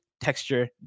texture